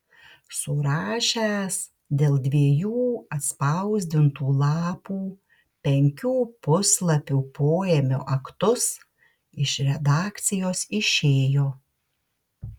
surašęs dėl dviejų atspausdintų lapų penkių puslapių poėmio aktus iš redakcijos išėjo